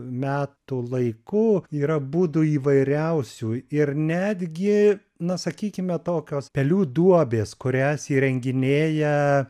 metų laiku yra būdų įvairiausių ir netgi na sakykime tokios pelių duobės kurias įrenginėja